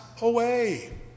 away